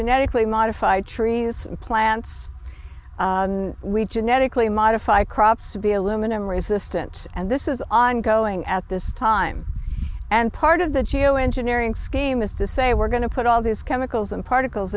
genetically modified trees and plants and we genetically modified crops to be aluminum resistant and this is ongoing at this time and part of the geo engineering scheme is to say we're going to put all these chemicals and particles